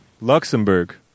Luxembourg